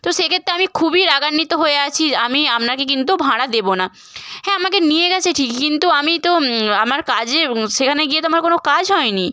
তো সেক্ষেত্রে আমি খুবই রাগান্বিত হয়ে আছি আমি আপনাকে কিন্তু ভাড়া দেবো না হ্যাঁ আমাকে নিয়ে গিয়েছে ঠিকই কিন্তু আমি তো আমার কাজে সেখানে গিয়ে তো আমার কোনো কাজ হয়নি